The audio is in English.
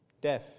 Deaf